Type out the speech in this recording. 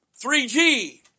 3G